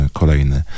kolejny